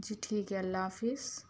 جی ٹھیک ہے اللہ حافظ